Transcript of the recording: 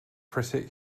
critic